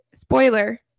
spoiler